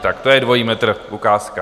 Tak to je dvojí metr ukázka.